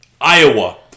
Iowa